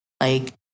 like-